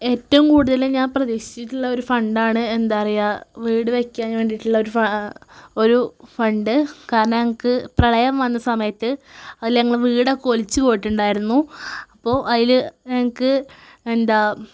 ഏറ്റവും കൂടുതൽ ഞാൻ പ്രതീക്ഷിച്ചിട്ടുള്ള ഒരു ഫണ്ടാണ് എന്താണ് പറയുക വീട് വയ്ക്കാൻ വേണ്ടിയിട്ടുള്ള ഒരു ഒരു ഫണ്ട് കാരണം ഞങ്ങൾക്ക് പ്രളയം വന്ന സമയത്ത് അതിൽ ഞങ്ങളെ വീടൊക്കെ ഒലിച്ച് പോയിട്ടുണ്ടായിരുന്നു അപ്പോൾ അതിൽ ഞങ്ങൾക്ക് എന്താണ്